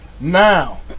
Now